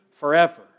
Forever